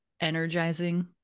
energizing